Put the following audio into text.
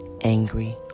angry